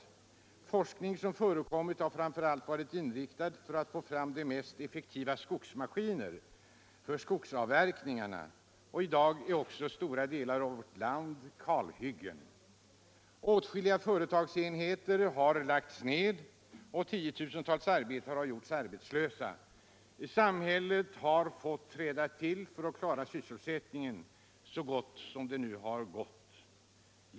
Den forskning som förekommit har främst varit inriktad på att få fram de mest effektiva maskinerna för skogsavverkningarna. I dag är också stora delar av vårt land kalhyggen. Åtskilliga företagsenheter har lagts ned och tiotusentals arbetare har gjorts arbetslösa. Samhället har fått träda till för att klara sysselsättningen så gott som det nu har varit möjligt.